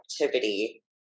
activity